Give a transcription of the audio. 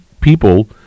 people